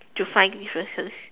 to find differences